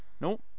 No